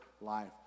life